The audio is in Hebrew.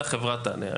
זה החברה תענה.